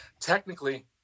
technically